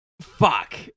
Fuck